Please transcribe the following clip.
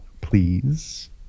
please